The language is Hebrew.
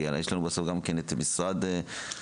כי יש לנו בסוף גם את משרד האוצר,